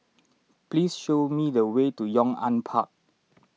please show me the way to Yong An Park